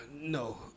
No